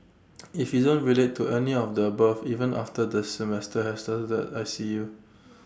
if you don't relate to any of the above even after the semester has started I see you